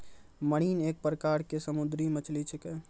marine एक प्रकार के समुद्री मछली छेकै